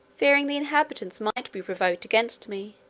fearing the inhabitants might be provoked against me,